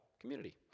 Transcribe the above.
community